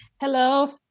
Hello